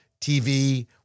TV